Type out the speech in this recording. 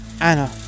Anna